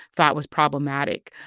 thought was problematic.